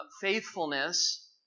faithfulness